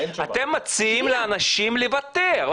אתם מציעים לאנשים לוותר,